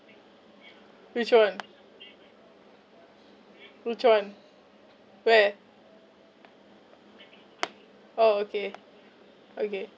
which one which one where oh okay okay